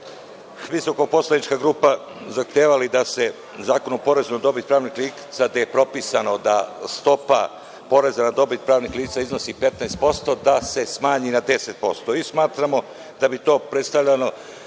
Mi smo kao poslanička grupa zahtevali da se u Zakonu o porezu pravnih lica, gde je propisano da stopa poreza na dobit pravnih lica iznosi 15%, da se smanji na 10%.